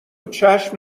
چشم